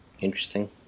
Interesting